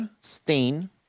Stain